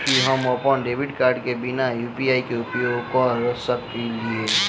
की हम अप्पन debit card केँ बिना यु.पी.आई केँ उपयोग करऽ सकलिये?